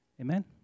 Amen